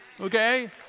Okay